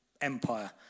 empire